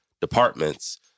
departments